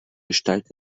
gestalt